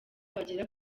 bagera